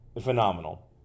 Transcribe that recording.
Phenomenal